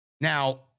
Now